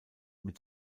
mit